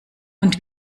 und